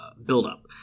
Buildup